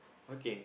okay